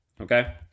Okay